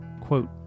Quote